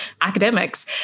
academics